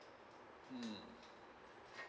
mm